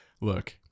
look